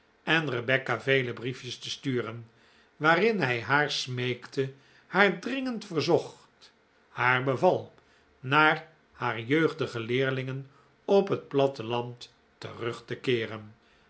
en rebecca vele brief jes te sturen waarin hij haar smeekte haar dringend verzocht haar beval naar haar jeugdige leerlingen op het platteland terug te keeren